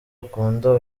akunda